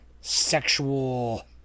sexual